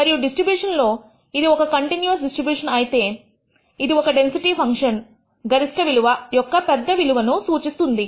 మరియు డిస్ట్రిబ్యూషన్ లో ఇది ఒక కంటిన్యూయస్ డిస్ట్రిబ్యూషన్ అయితే ఇది ఒక డెన్సిటీ ఫంక్షన్ గరిష్ట విలువ యొక్క పెద్ద విలువను సూచిస్తుంది